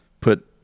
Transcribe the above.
put